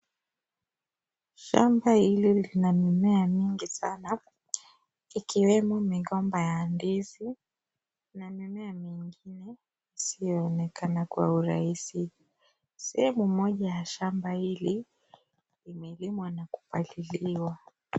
Shamba hili lina mimea mingi sana ikiwemo migomba ya ndizi, na mimea mingine isiyoonekana kwa urahisi. Sehemu moja ya shamba hili limelimwa na kupaliliwa.